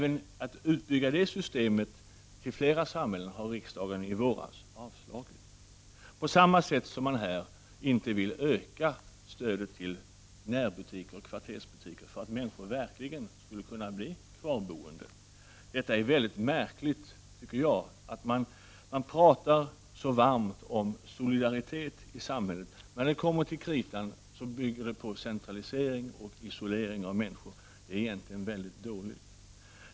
Riksdagen har i våras avslagit ett förslag om att utbygga det systemet till fler samhällen. På samma sätt vill man här inte öka stödet till närbutiker och kvartersbutiker så att människor verkligen skulle kunna bli kvarboende. Jag tycker att det är mycket märkligt att man talar så varmt om solidaritet i samhället. När det kommer till kritan bygger det hela på centralisering och isolering av människor. Det är egentligen väldigt dåligt.